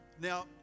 Now